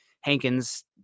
Hankins